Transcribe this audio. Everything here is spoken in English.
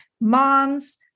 moms